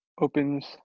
opens